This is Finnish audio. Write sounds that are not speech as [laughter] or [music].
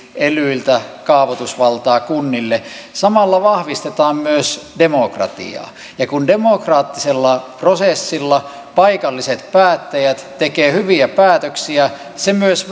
elyiltä kaavoitusvaltaa kunnille samalla vahvistetaan myös demokratiaa ja kun demokraattisella prosessilla paikalliset päättäjät tekevät hyviä päätöksiä se myös [unintelligible]